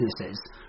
businesses